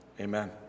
Amen